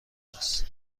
است